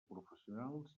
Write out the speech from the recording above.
professionals